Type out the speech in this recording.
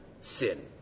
sin